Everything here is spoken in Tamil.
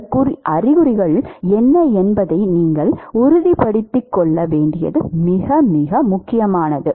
இந்த அறிகுறிகள் என்ன என்பதை நீங்களே உறுதிப்படுத்திக் கொள்ள வேண்டியது மிக மிக முக்கியமானது